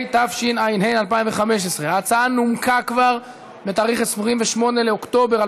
התשע"ה 2015. ההצעה נומקה כבר ב-28 באוקטובר 2015,